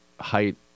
height